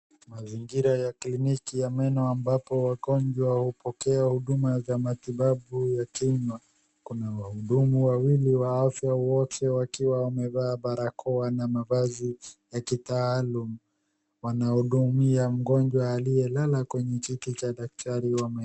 Mazingira ya klinki ya meno ambapo wagonjwa hupokea matibabu ya kinywa. Kuna wahudumu wawili wa afya wote wakiwa wamevaa barakoa na mavazi ya kitaalum. Wanahudumia mgonjwa aliyelala kwenye kiti cha daktari wa meno.